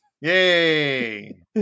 Yay